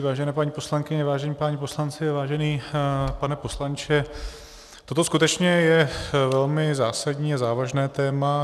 Vážené paní poslankyně, vážení páni poslanci, vážený pane poslanče, toto skutečně je velmi zásadní a závažné téma.